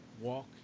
walk